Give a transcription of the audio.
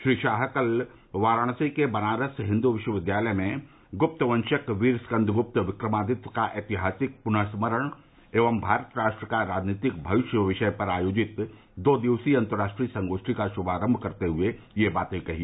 श्री शाह ने कल वाराणसी के बनारस हिन्दू विश्वविद्यालय में गुप्तवंशक वीर स्कन्दगुप्त विक्रमादित्य का ऐतिहासिक पुनःस्मरण एवं भारत राष्ट्र का राजनीतिक भविष्य विषय पर आयोजित दो दिवसीय अन्तर्राष्ट्रीय संगोष्ठी का शुभारम्भ करते हुये यह बात कही